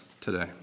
today